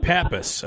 Pappas